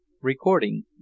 Recording